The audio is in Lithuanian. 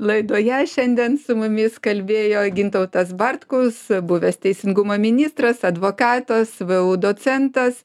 laidoje šiandien su mumis kalbėjo gintautas bartkus buvęs teisingumo ministras advokatas vu docentas